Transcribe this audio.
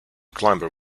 climber